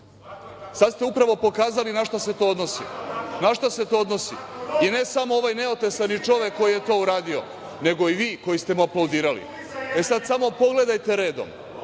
Sada ste upravo pokazali na šta se to odnosi i ne samo ovaj neotesani čovek koji je to uradio, nego i vi koji ste mu aplaudirali. Sada samo pogledajte redom,